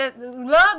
love